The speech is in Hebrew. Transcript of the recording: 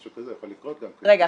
משהו כזה יכול לקרות גם -- רגע,